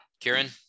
Kieran